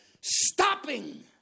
stopping